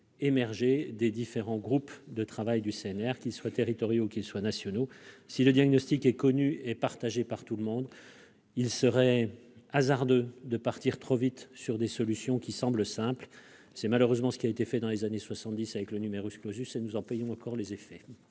émergé des différents groupes de travail du CNR, qu'ils soient territoriaux ou nationaux. Si le diagnostic est connu et partagé par tout le monde, il serait hasardeux de partir trop vite sur des solutions qui ont l'apparence de la simplicité. C'est malheureusement ce qui a été fait dans les années 1970 avec le ; nous en payons encore les effets.